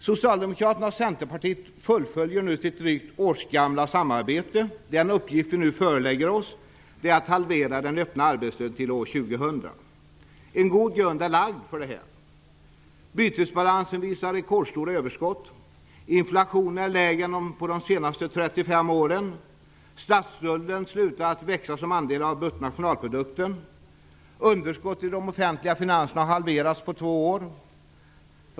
Socialdemokraterna och Centerpartiet fullföljer nu sitt drygt årsgamla samarbete. Den uppgift som vi nu förelägger oss är att halvera den öppna arbetslösheten till år 2000. En god grund är lagd för det: Bytesbalansen visar rekordstora överskott. Inflationen är lägre än den har varit under de senaste 35 åren. Statsskulden slutar att växa som andel av bruttonationalprodukten. Underskottet i de offentliga finanserna har halverats på två år.